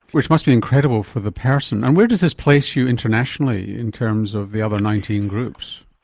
which must be incredible so the person. and where does this place you internationally in terms of the other nineteen groups?